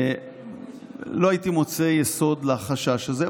לא הייתי מוצא יסוד לחשש הזה.